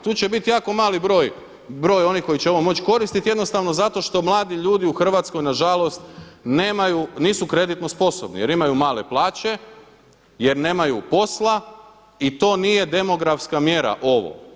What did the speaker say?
Tu će bit jako mali broj onih koji će ovo moći koristiti jednostavno zato što mladi ljudi u Hrvatskoj na žalost nemaju, nisu kreditno sposobni jer imaju male plaće, jer nemaju posla i to nije demografska mjera, ovo.